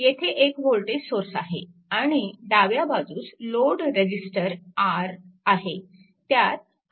येथे एक voltage source आहे आणि डाव्या बाजूस लोड रेजिस्टर R आहे